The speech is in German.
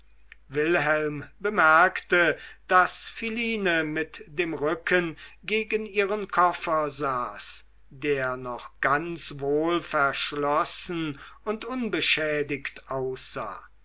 wilhelm bemerkte daß philine mit dem rücken gegen ihren koffer saß der noch ganz wohl verschlossen und unbeschädigt aussah